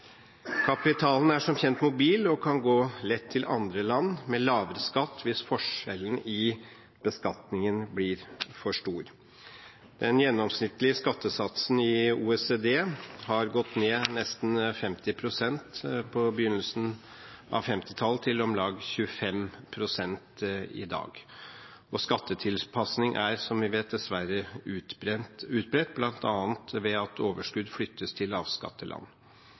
Kapitalen er som kjent mobil, og kan lett gå til andre land med lavere skatt hvis forskjellen i beskatningen blir for stor. Den gjennomsnittlige skattesatsen i OECD har gått ned fra nesten 50 pst. på begynnelsen av 1950-tallet til om lag 25 pst. i dag. Skattetilpasning er, som vi vet, dessverre utbredt, bl.a. ved at overskudd flyttes til lavskatteland.